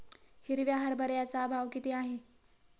हिरव्या हरभऱ्याचा भाव किती आहे?